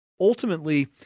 ultimately